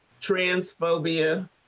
transphobia